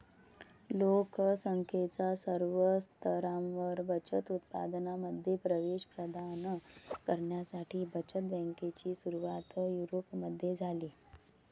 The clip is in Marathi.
लोक संख्येच्या सर्व स्तरांवर बचत उत्पादनांमध्ये प्रवेश प्रदान करण्यासाठी बचत बँकेची सुरुवात युरोपमध्ये झाली